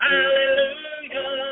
Hallelujah